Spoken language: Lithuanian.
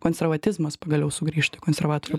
konservatizmas pagaliau sugrįštų į konservatorių